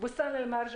בוסתן אל-מרג'.